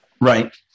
right